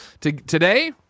Today